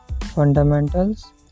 Fundamentals